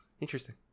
interesting